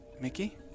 Mickey